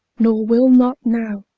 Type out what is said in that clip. nor will not now